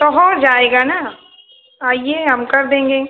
तो हो जाएगा ना आइए हम कर देंगे